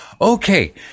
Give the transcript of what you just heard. okay